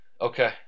Okay